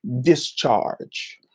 discharge